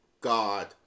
god